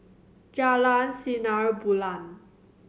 Jalan Sinar Bulan